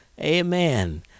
Amen